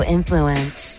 Influence